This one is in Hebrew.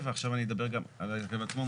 ועכשיו אני אדבר גם על ההרכב עצמו.